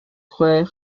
chwe